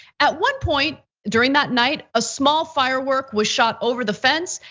at one point during that night, a small firework was shot over the fence.